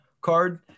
card